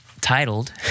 titled